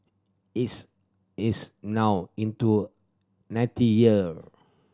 it's it's now into ninety year